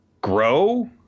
grow